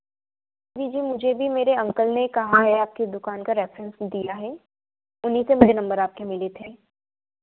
जी जी मुझे भी मेरे अंकल ने कहा है आपकी दुकान का रेफरेंस दिया है उन्हीं से मुझे नंबर आपके मिले थे